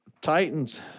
Titans